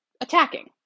attacking